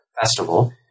festival